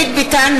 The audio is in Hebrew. ביטן,